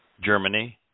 Germany